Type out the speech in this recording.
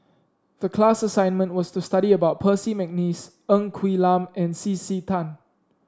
the class assignment was to study about Percy McNeice Ng Quee Lam and C C Tan